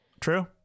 True